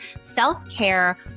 self-care